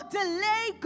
delay